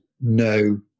no